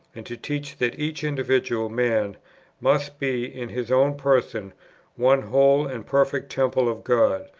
and to teach that each individual man must be in his own person one whole and perfect temple of god,